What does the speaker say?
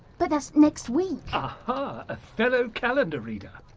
but that's next week! aha a fellow calendar reader!